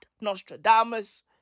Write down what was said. Nostradamus